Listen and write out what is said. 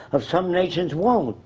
if some nations won't.